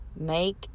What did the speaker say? make